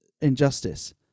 injustice